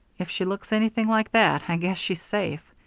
if she looks anything like that, i guess she's safe.